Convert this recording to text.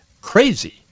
crazy